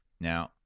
Now